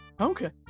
okay